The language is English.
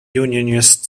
unionist